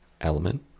Element